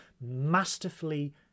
masterfully